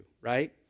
right